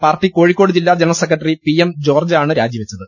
party Kozhikode ജില്ലാ general secretary P M ജോർജ്ജാണ് രാജിപ്പെച്ചത്